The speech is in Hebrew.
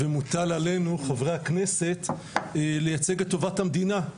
ומוטל עלינו חברי הכנסת לייצג את טובת המדינה,